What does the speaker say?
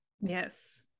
Yes